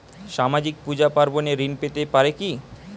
সামাজিক পূজা পার্বণে ঋণ পেতে পারে কি?